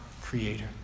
Creator